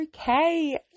Okay